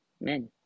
men